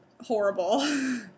horrible